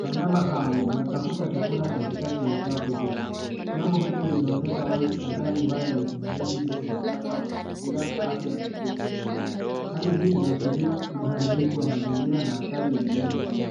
Wanyama hao wanatafuta chakula katikati ya uchafu huu. Jambo hili linaonyesha wazi adhali mbaya ya usimamizi duni wa taka ya mazingira na afya ya mifugo. Hali hii inaashiria uharibifu wa mazingira na hatari ya viumbe hai.